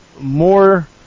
more